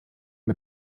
mit